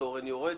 והתורן יורד,